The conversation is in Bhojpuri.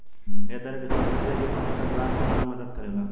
ए तरह के संपत्ति अधिक समय तक लाभ कमाए में मदद करेला